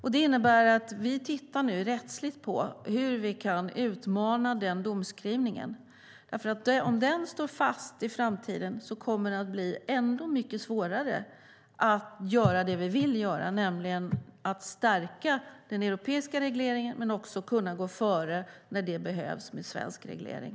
Vi tittar nu på hur vi rättsligt kan utmana domslutet, för om det står fast i framtiden kommer det att bli ännu mycket svårare att göra det vi vill göra, nämligen att stärka den europeiska regleringen men också kunna gå före, när det behövs, med svensk reglering.